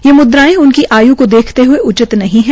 ये मुद्राये उनकी आयु को देखते हये उचित नहीं है